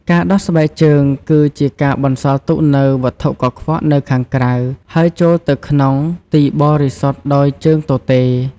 ការដោះស្បែកជើងគឺជាការបន្សល់ទុកនូវវត្ថុកខ្វក់នៅខាងក្រៅ ហើយចូលទៅក្នុងទីបរិសុទ្ធដោយជើងទទេរ។